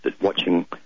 watching